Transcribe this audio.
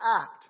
act